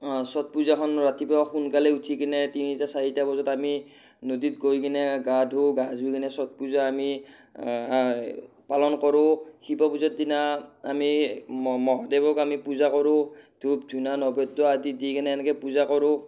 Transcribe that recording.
চ'ত পূজাখন ৰাতিপুৱা সোনকালে উঠি কিনে তিনিটা চাৰিটা বজাত আমি নদীত গৈ কিনে গা ধু গা ধুই কিনে চট পূজা আমি পালন কৰোঁ শিৱ পূজাৰ দিনা আমি ম মহাদেৱক আমি পূজা কৰোঁ ধূপ ধূনা নবদ্য আদি দি কিনে এনেকৈ পূজা কৰোঁ